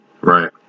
Right